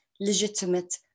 legitimate